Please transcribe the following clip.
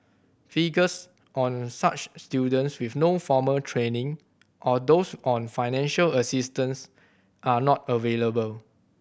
figures on such students with no formal training or those on financial assistance are not available